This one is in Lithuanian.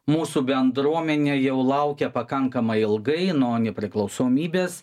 mūsų bendruomenė jau laukia pakankamai ilgai nuo nepriklausomybės